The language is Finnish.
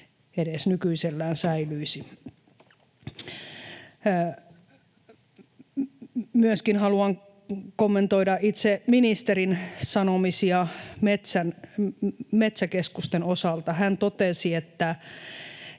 edes nykyisellään säilyisi. Myöskin haluan kommentoida itse ministerin sanomisia Metsäkeskusten osalta. Hän totesi, että